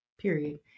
Period